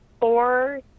four